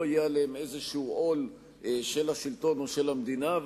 לא יהיה עליהם עול כלשהו של השלטון או של המדינה.